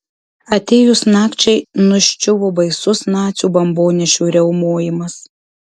atėjus nakčiai nuščiuvo baisus nacių bombonešių riaumojimas